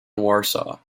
warsaw